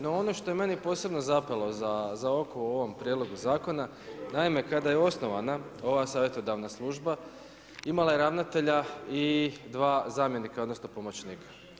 No ono što je meni posebno zapelo za oko u ovom prijedlogu zakona, naime kada je osnovana ova savjetodavna služba imala je ravnatelja i dva zamjenika odnosno pomoćnika.